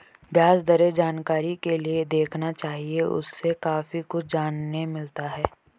ब्याज दरें जानकारी के लिए देखना चाहिए, उससे काफी कुछ जानने मिलता है